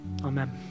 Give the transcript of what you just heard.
Amen